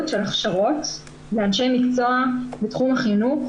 של ההכשרות לאנשי מקצוע בתחום החינוך,